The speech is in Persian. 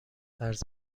قرض